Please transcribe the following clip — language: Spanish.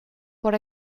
por